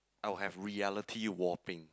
I will have reality warping